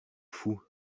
fous